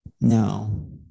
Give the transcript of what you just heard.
No